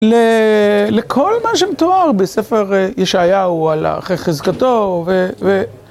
לכל מה שמתואר בספר ישעיהו על אחרי חזקתו ו...